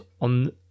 on